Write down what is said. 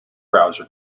browser